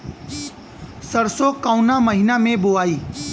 सरसो काउना महीना मे बोआई?